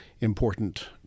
important